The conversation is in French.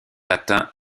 atteint